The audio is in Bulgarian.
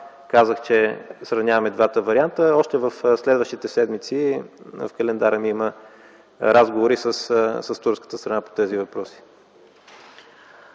казах, че сравняваме двата варианта. Още в следващите седмици в календара ни има разговори с турската страна по тези въпроси.